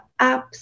apps